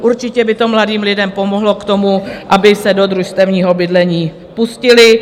Určitě by to mladým lidem pomohlo k tomu, aby se do družstevního bydlení pustili.